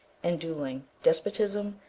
and duelling, despotism,